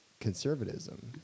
conservatism